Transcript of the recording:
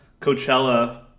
Coachella